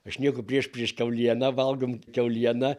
aš nieko prieš prieš kiaulieną valgom kiaulieną